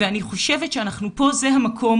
ואני חושבת שזה המקום,